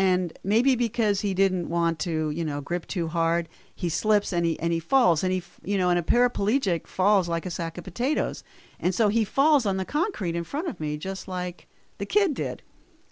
and maybe because he didn't want to you know grip too hard he slips and he and he falls and he you know in a paraplegic falls like a sack of potatoes and so he falls on the concrete in front of me just like the kid did